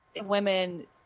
women